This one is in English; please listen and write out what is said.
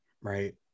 right